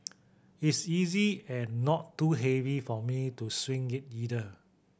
it's easy and not too heavy for me to swing it either